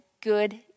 good